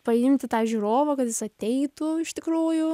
paimti tą žiūrovą kad jis ateitų iš tikrųjų